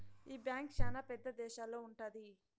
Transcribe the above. ఈ బ్యాంక్ శ్యానా పెద్ద దేశాల్లో ఉంటది